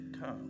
come